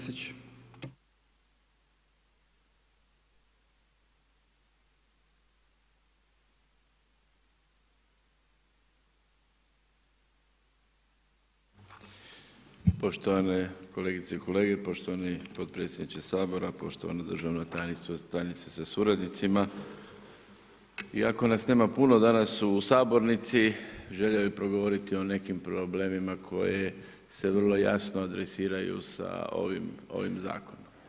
Poštovane kolegice i kolege, poštovani potpredsjedniče sabora, poštovana državna tajnice sa suradnicima, iako nas nema puno danas u sabornici, želio bih progovoriti o nekim problemima koji se vrlo jasno adresiraju sa ovim zakonom.